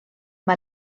mae